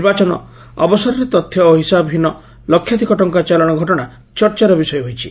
ନିର୍ବାଚନ ଅବସରରେ ତଥ୍ୟ ଓ ହିସାବ ହୀନ ଲକ୍ଷାଧିକ ଟଙ୍କା ଚାଲାଶ ଘଟଣା ଚର୍ଚାର ବିଷୟ ହୋଇଛି